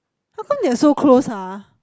how come they are so close ah